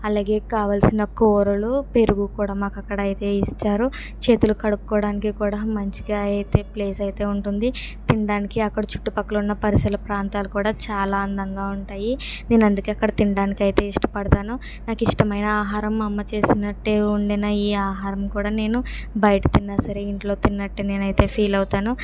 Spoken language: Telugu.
అలాగే కావాలసిన కూరలు పెరుగు కూడా మాకు అక్కడ అయితే ఇస్తారు చేతులు కడుక్కోవడానికి కూడా మంచిగా అయితే ప్లేస్ అయితే ఉంటుంది తినడానికి అక్కడ చుట్టుపక్కల ఉన్న పరిసర ప్రాంతాలు కూడా చాలా అందంగా ఉంటాయి నేను అందుకే అక్కడ తినడానికైతే ఇష్టపడతాను నాకు ఇష్టమైన ఆహారం మా అమ్మ చేసినట్టే వండిన ఈ ఆహారం కూడా నేను బయట తిన్నా సరే ఇంట్లో తిన్నట్టు నేను అయితే ఫీల్ అవుతాను